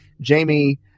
Jamie